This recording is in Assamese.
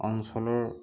অঞ্চলৰ